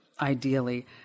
Ideally